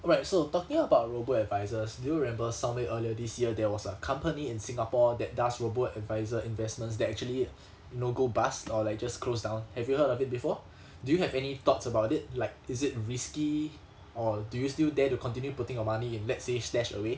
alright so talking about robo-advisors do remember somewhere earlier this year there was a company in singapore that does robo-advisor investments that actually know go bust or like just closed down have you heard of it before do you have any thoughts about it like is it risky or do you still dare to continue putting your money in let's say Stashaway